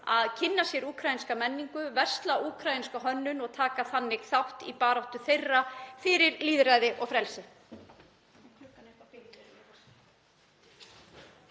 að kynna sér úkraínska menningu, kaupa úkraínska hönnun og taka þannig þátt í baráttu þeirra fyrir lýðræði og frelsi.